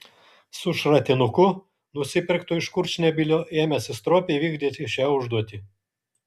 su šratinuku nusipirktu iš kurčnebylio ėmėsi stropiai vykdyti šią užduotį